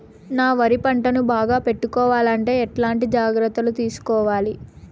నా వరి పంటను బాగా పెట్టుకోవాలంటే ఎట్లాంటి జాగ్రత్త లు తీసుకోవాలి?